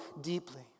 deeply